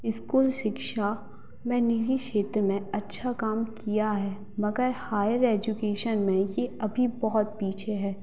school शिक्षा मैं निजी क्षेत्र ने अच्छा काम किया है मगर हायर एजुकेशन में ये अभी बहुत पीछे है